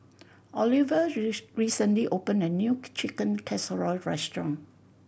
Oliva recently opened a new Chicken Casserole restaurant